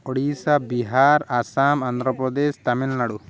Odisha Bihar Assam Andhra Pradesh Tamil Nadu